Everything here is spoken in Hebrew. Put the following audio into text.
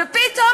ופתאום,